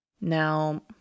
Now